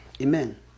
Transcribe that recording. Amen